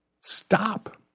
Stop